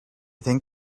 think